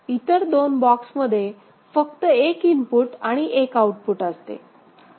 इतर दोन बॉक्समध्ये फक्त एक इनपुट आणि एक आउटपुट असते